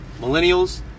Millennials